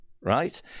right